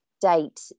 date